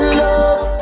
love